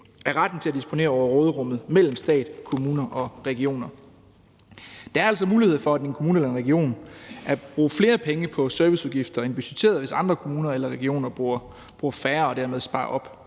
af retten til at disponere over råderummet mellem stat, kommuner og regioner. Der er altså mulighed for i en kommune eller en region at bruge flere penge på serviceudgifter end budgetteret, hvis andre kommuner eller regioner bruger færre og dermed sparer op.